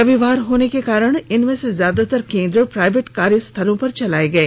रविवार होने के कारण इनमें से ज्यादातर केन्द्र प्राइवेट कार्य स्थलों पर चलाये गये